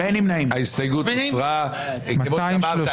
הצבעה